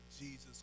Jesus